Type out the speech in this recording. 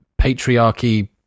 patriarchy